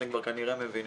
אתם כבר כנראה מבינים.